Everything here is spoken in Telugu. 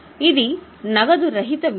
ఇది నగదు రహిత వ్యయం